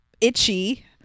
Itchy